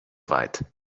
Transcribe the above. weit